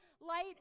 light